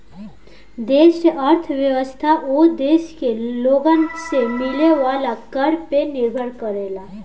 देश के अर्थव्यवस्था ओ देश के लोगन से मिले वाला कर पे निर्भर करेला